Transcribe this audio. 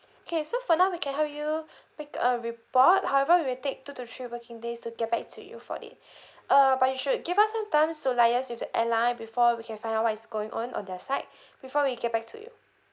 K so for now we can help you make a report however we'll take two to three working days to get back to you for it uh but you should give us some times to liaise with the airline before we can find out what is going on on their side before we get back to you